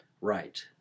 Right